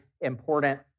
important